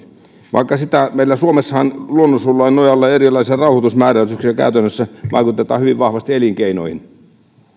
meillä suomessahan luonnonsuojelulain nojalla ja erilaisilla rauhoitusmääräyksillä käytännössä vaikutetaan hyvin vahvasti elinkeinoihin